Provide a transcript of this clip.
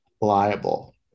liable